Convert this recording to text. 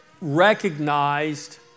recognized